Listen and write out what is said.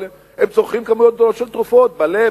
אבל הם צורכים כמויות גדולות של תרופות ללב,